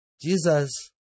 Jesus